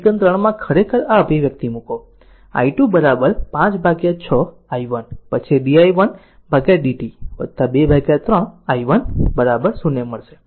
સમીકરણ 3 માં ખરેખર આ અભિવ્યક્તિ મૂકો i2 5 6 i1 પછી di1 dt 2 3 i1 0 મળશે આમ આ સમીકરણ 6 એ છે